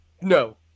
No